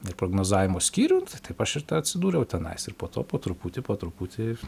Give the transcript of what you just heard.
ir prognozavimo skyriun tai taip aš ir tada atsidūriau tenais ir po to po truputį po truputį